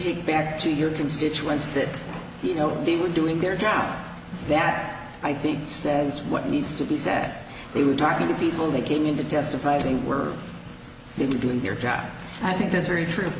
take back to your constituents that you know they were doing their job back i think says what needs to be set they were talking to people they came in to testify they were doing their job i think that's very true